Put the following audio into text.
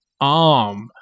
arm